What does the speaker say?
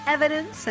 Evidence